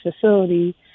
facility